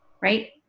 Right